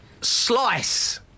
Slice